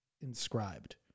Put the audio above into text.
inscribed